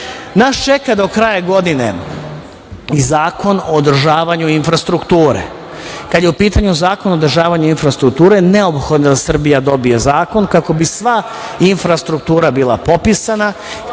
čeka do kraja godine i Zakon o održavanju infrastrukture. Kada je u pitanju Zakon o održavanju infrastrukture, neophodno je da Srbija dobije zakon kako bi sva infrastruktura bila popisana,